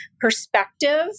perspective